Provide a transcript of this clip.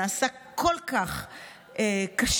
נעשה כל כך קשה,